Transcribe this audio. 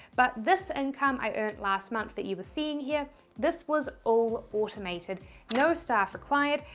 but this income i earned last month that you were seeing here this was all automated no staff required.